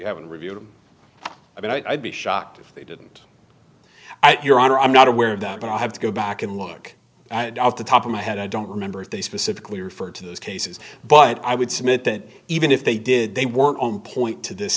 haven't reviewed them i mean i'd be shocked if they didn't at your honor i'm not aware of that but i have to go back and look at the top of my head i don't remember if they specifically referred to those cases but i would submit that even if they did they weren't on point to this